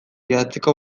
idatziko